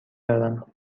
دارم